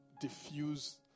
diffuse